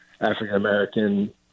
african-american